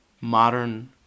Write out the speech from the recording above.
modern